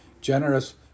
generous